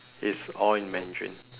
it's all in mandarin